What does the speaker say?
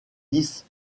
lisse